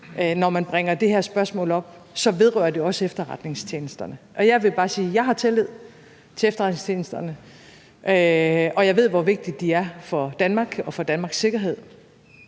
når man bringer det her spørgsmål op, vedrører det selvfølgelig også efterretningstjenesterne. Jeg vil bare sige, at jeg har tillid til efterretningstjenesterne, og jeg ved, hvor vigtige de er for Danmark og Danmarks sikkerhed.